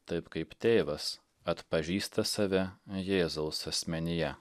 taip kaip tėvas atpažįsta save jėzaus asmenyje